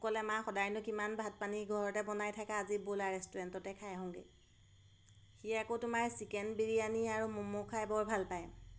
অকলে মা সদায়নো কিমান ভাত পানী ঘৰতে বনাই থাকে আজি বোলা ৰেষ্টুৰেণ্টতে খাই আহোঁগৈ সি আকৌ তোমাৰ চিকেন বিৰিয়ানী আৰু মমো খাই বৰ ভাল পায়